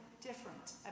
different